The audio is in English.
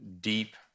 deep